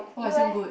!wah! is damn good